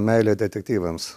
meilė detektyvams